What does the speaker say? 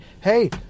hey